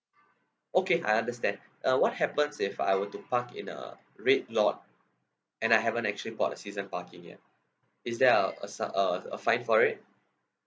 okay I understand uh what happens if I were to park in a red lot and I haven't actually bought a season parking yet is there a a sa~ uh a fine for it